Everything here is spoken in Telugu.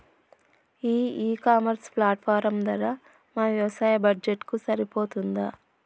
ఈ ఇ కామర్స్ ప్లాట్ఫారం ధర మా వ్యవసాయ బడ్జెట్ కు సరిపోతుందా?